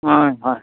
হয় হয়